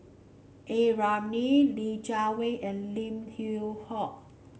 A Ramli Li Jiawei and Lim Yew Hock